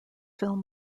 film